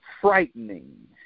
frightening